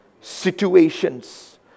situations